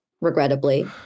regrettably